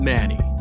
Manny